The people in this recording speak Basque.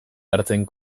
hartzen